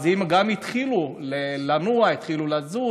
אז גם הם התחילו לנוע, התחילו לזוז,